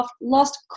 lost